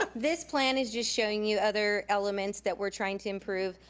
ah this plan is just showing you other elements that we're trying to improve.